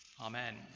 Amen